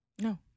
No